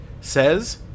says